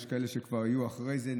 יש כאלה שיהיו כבר אחרי זה,